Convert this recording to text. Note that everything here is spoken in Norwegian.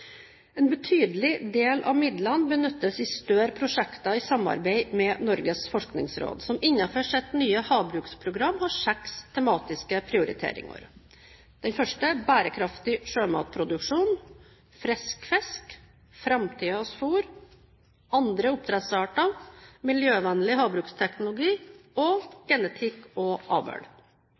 En betydelig del av midlene benyttes i større prosjekter i samarbeid med Norges forskningsråd, som innenfor sitt nye havbruksprogram har seks tematiske prioriteringer: bærekraftig sjømatproduksjon frisk fisk framtidens fôr andre oppdrettsarter miljøvennlig havbruksteknologi genetikk og